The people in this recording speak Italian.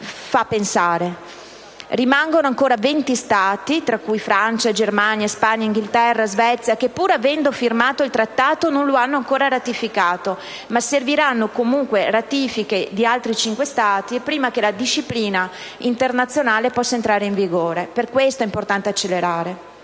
fa pensare). Rimangono però ancora venti Stati, tra cui Francia, Germania, Spagna, Inghilterra, Svezia, che, pur avendo firmato il Trattato, non lo hanno ancora ratificato. Serviranno comunque le ratifiche di altri cinque Stati prima che la disciplina internazionale possa entrare in vigore, per questo è importante accelerare.